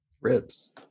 Ribs